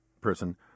person